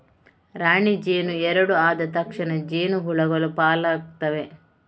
ರಾಣಿ ಜೇನು ಎರಡು ಆದ ತಕ್ಷಣ ಜೇನು ಹುಳಗಳು ಪಾಲಾಗ್ತವೆ